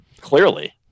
clearly